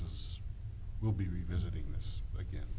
will be revisiting this again